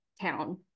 town